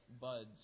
buds